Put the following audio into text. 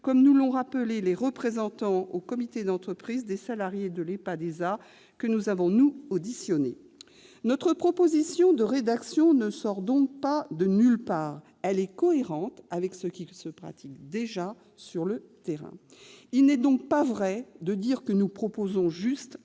comme nous l'ont rappelé les représentants au comité d'entreprise des salariés de l'EPADESA, que nous avons, nous, auditionnés. Notre proposition de rédaction ne sort donc pas de nulle part. Elle est cohérente avec ce qui se pratique déjà sur le terrain. Il n'est donc pas vrai de dire que nous proposons juste un retour